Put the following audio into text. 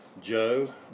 Joe